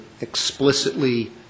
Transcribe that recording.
explicitly